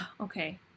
Okay